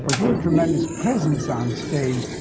well you're a tremendous presence on stage.